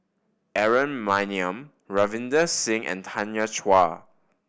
Aaron Maniam Ravinder Singh and Tanya Chua